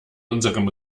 unserem